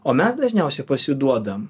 o mes dažniausiai pasiduodam